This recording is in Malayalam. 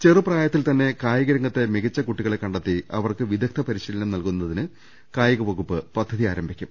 ചെറുപ്രായത്തിൽ തന്നെ കായിക രംഗത്തെ മികച്ച കുട്ടികളെ കണ്ടെത്തി അവർക്ക് വിദഗ്ധ പരിശീലനം നൽകുന്നതിന് കായിക വകുപ്പ് പദ്ധതി ആരംഭിക്കും